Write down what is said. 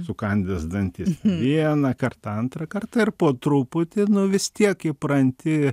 sukandęs dantis vieną kartą antrą kartą ir po truputį vis tiek įpranti